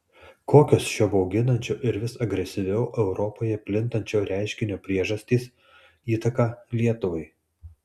kokios šio bauginančio ir vis agresyviau europoje plintančio reiškinio priežastys įtaka lietuvai